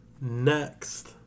next